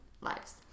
lives